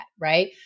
right